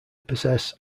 possess